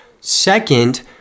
Second